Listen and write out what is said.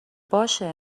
باشه